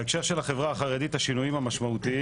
בהקשר של החברה החרדית השינויים המשמעותיים